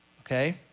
okay